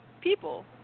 people